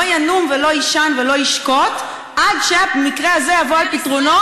לא ינום ולא יישן ולא ישקוט עד שהמקרה הזה יבוא על פתרונו,